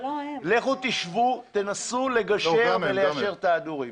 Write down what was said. לכו תשבו, תנסו לגשר וליישר את ההדורים.